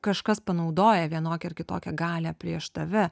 kažkas panaudoja vienokią ar kitokią galią prieš tave